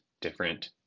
different